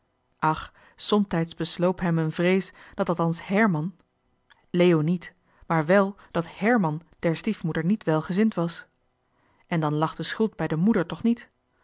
ach somtijds besloop hem een vrees dat althans herman leo niet maar wel dat herman der stiefmoeder niet welgezind was en dan lag de schuld bij de moeder toch niet